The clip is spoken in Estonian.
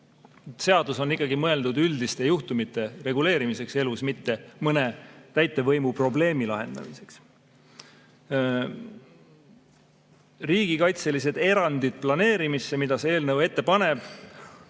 Seadus on ikkagi mõeldud üldiste juhtumite reguleerimiseks elus, mitte mõne täitevvõimu probleemi lahendamiseks. Riigikaitselised erandid planeerimisse, mida see eelnõu ette paneb,